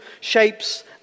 shapes